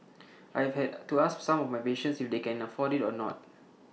I have had to ask some of my patients if they can afford IT or not